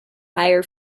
higher